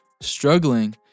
Struggling